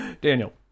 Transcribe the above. Daniel